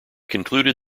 concluded